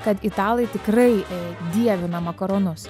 kad italai tikrai dievina makaronus